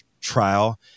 Trial